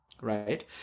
Right